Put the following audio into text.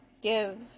give